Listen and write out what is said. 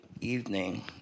evening